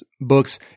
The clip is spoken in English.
books